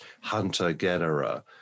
hunter-gatherer